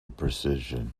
precision